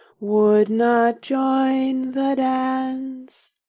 would not join the dance.